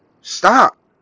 Stop